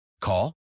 Call